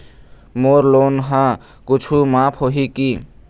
मोर loan हा कुछू माफ होही की?